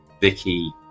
Vicky